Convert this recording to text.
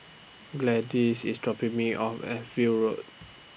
Gladyce IS dropping Me off At View Road